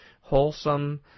wholesome